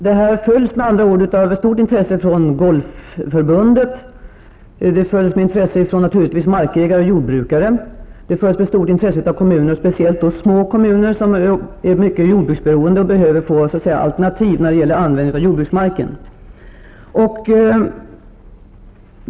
Detta fall följs med stort intresse av Golfförbundet, av markägare och jordbrukare samt av kommuner, framför allt små kommuner som är mycket jordbruksberoende och behöver få alternativ när det gäller användningen av jordbruksmarken.